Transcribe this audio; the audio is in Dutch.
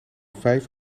vijf